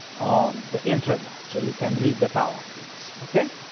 on the internet so you can read the powerpoints. okay?